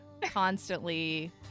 constantly